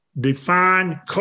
define